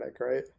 right